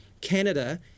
Canada